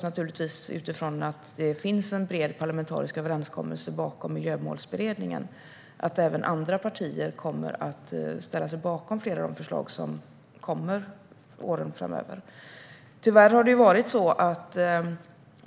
Eftersom det finns en bred parlamentarisk överenskommelse bakom Miljömålsberedningen hoppas vi naturligtvis att även andra partier kommer att ställa sig bakom flera av de förslag som läggs fram under kommande år.